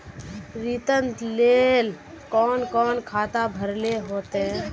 ऋण लेल कोन कोन खाता भरेले होते?